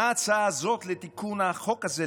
מה ההצעה הזאת לתיקון החוק הזה,